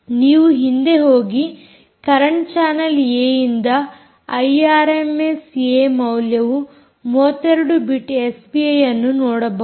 ನೀವು ಹಿಂದೆ ಹೋಗಿ ಕರೆಂಟ್ ಚಾನಲ್ ಏ ನಿಂದ ಐಆರ್ಎಮ್ಎಸ್ ಏ ಮೌಲ್ಯವು 32 ಬಿಟ್ ಎಸ್ಪಿಐ ಅನ್ನು ನೋಡಬಹುದು